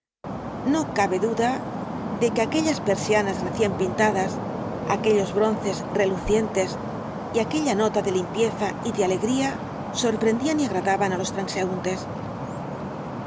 no cabe duda de que aquellas persianas recien pintadas aquellos bronces relucientes y aquella nota de limpieza y de alegría sorprendían y agradaban á los transeúntes